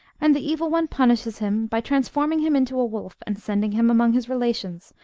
and the evil one punishes him by transforming him into a wolf and sending him among his relations,